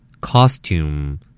Costume